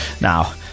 Now